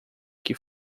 que